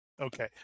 Okay